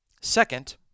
Second